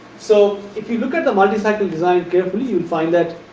so, if we look at the multi cycle design carefully you will find that,